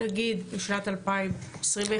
נגיד בשנת 2021,